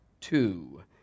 two